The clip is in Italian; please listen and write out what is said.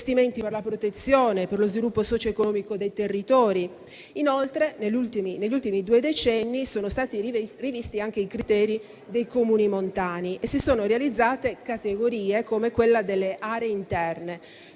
investimenti per la protezione, per lo sviluppo socioeconomico dei territori. Inoltre, negli ultimi due decenni sono stati rivisti anche i criteri per la definizione dei Comuni montani e si sono realizzate categorie come quella delle aree interne.